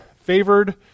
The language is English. favored